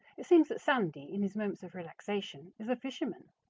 it seems that sandy, in his moments of relaxation, is a fisherman.